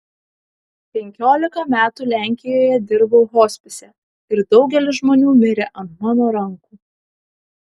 penkiolika metų lenkijoje dirbau hospise ir daugelis žmonių mirė ant mano rankų